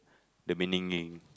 the beninging